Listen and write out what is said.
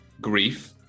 grief